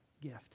gift